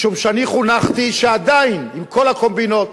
משום שאני חונכתי שעדיין, עם כל הקומבינות,